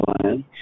plan